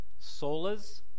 solas